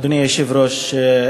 אדוני היושב-ראש,